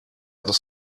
other